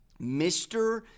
Mr